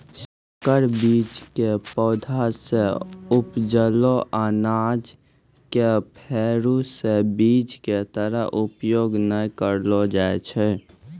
संकर बीज के पौधा सॅ उपजलो अनाज कॅ फेरू स बीज के तरह उपयोग नाय करलो जाय छै